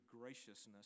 graciousness